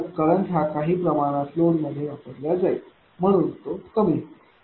तर करंट हा काही प्रमाणात लोड मध्ये वापरल्या जाईल म्हणून तो कमी होईल